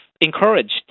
encouraged